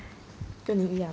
!hais! 跟你一样 lah